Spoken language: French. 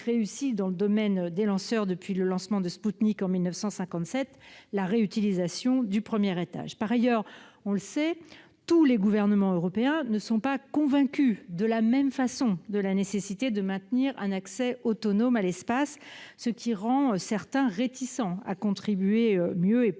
réussie dans le domaine des lanceurs depuis le lancement de Spoutnik en 1957 : la réutilisation du premier étage. Par ailleurs, tous les gouvernements européens ne sont pas également convaincus de la nécessité de maintenir un accès autonome à l'espace, ce qui rend certains réticents à contribuer mieux et